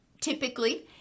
typically